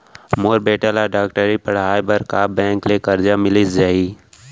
मोर बेटा ल डॉक्टरी पढ़ाये बर का बैंक ले करजा मिलिस जाही?